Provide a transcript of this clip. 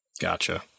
Gotcha